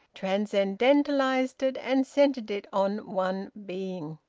transcendentalised it, and centred it on one being.